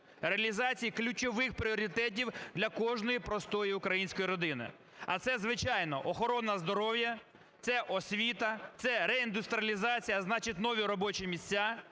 реалізації ключових пріоритетів для кожної простої української родини. А це, звичайно, охорона здоров'я, це освіта, це реіндустріалізація – значить, нові робочі місця,